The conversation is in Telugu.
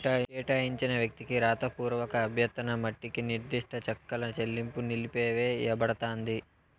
కేటాయించిన వ్యక్తికి రాతపూర్వక అభ్యర్థన మట్టికి నిర్దిష్ట చెక్కుల చెల్లింపు నిలిపివేయబడతాంది